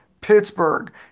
Pittsburgh